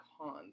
cons